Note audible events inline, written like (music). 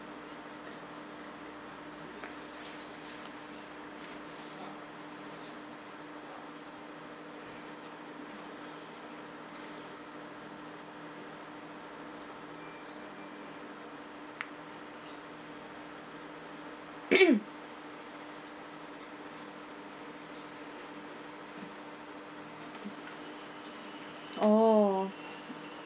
(coughs) oh